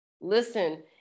Listen